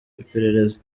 iperereza